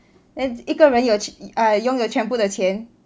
then 一个人拥有全部的钱